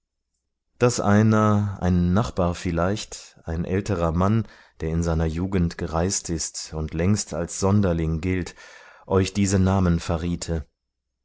daß einer ein nachbar vielleicht ein älterer mann der in seiner jugend gereist ist und längst als sonderling gilt euch diese namen verriete